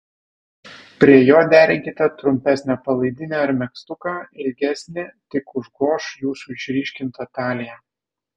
prie jo derinkite trumpesnę palaidinę ar megztuką ilgesni tik užgoš jūsų išryškintą taliją